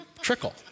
trickle